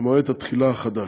למועד התחילה החדש.